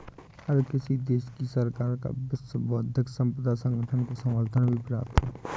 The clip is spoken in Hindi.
हर किसी देश की सरकार का विश्व बौद्धिक संपदा संगठन को समर्थन भी प्राप्त है